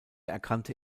erkannte